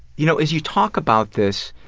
you know as you talk about this,